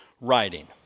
writing